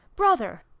Brother